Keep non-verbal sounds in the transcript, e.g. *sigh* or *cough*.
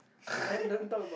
*laughs*